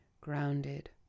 grounded